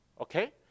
Okay